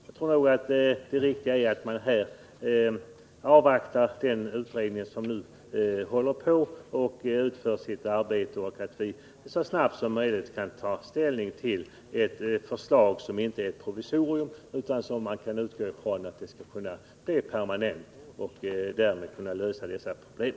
Jag tror att det riktiga är att avvakta tills den utredning som nu pågår har slutfört sitt arbete och att vi sedan så snabbt som möjligt tar ställning till ett förslag som inte är något provisorium, utan som man kan utgå från skall kunna leda till permanenta regler, och att vi därmed skall kunna lösa dessa problem.